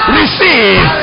receive